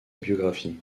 biographie